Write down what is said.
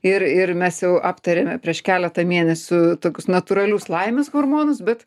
ir ir mes jau aptarėme prieš keletą mėnesių tokius natūralius laimės hormonus bet